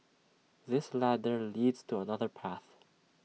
this ladder leads to another path